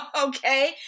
okay